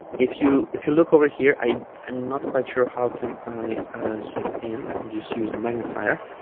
if you if you look over here i i'm not quite sure how can i ah zoom in let me just use the magnifier